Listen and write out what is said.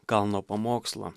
kalno pamokslą